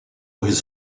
his